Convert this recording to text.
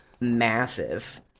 massive